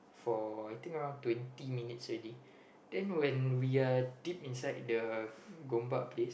for I think around twenty minutes already then when we are deep inside the Gombak place